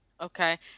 Okay